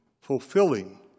fulfilling